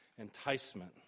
enticement